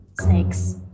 Snakes